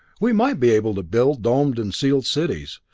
we might be able to build domed and sealed cities.